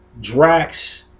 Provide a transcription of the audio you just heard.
Drax